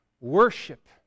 Worship